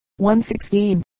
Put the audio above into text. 116